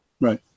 Right